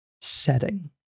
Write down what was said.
setting